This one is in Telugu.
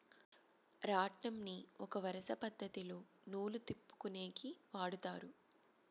రాట్నంని ఒక వరుస పద్ధతిలో నూలు తిప్పుకొనేకి వాడతారు